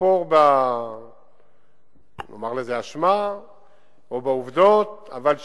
לכפור באשמה או בעובדות, אבל שידע,